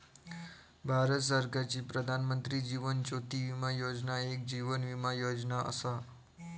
भारत सरकारची प्रधानमंत्री जीवन ज्योती विमा योजना एक जीवन विमा योजना असा